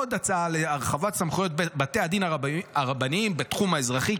עוד הצעה להרחבת סמכויות בתי הדין הרבניים בתחום האזרחי,